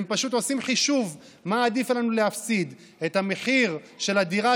והם פשוט עושים חישוב: מה עדיף לנו להפסיד: את המחיר של הדירה,